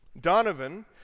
Donovan